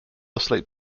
asleep